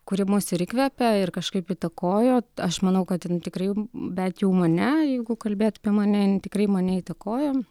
kuri mus ir įkvepia ir kažkaip įtakojo aš manau kad tikrai bent jau mane jeigu kalbėt apie mane tikrai mane įtakojo